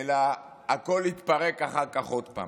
אלא הכול יתפרק אחר כך עוד פעם.